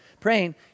praying